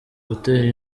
gutera